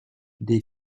des